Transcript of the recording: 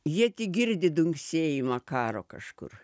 jie tik girdi dunksėjimą karo kažkur